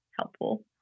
helpful